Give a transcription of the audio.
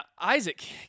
Isaac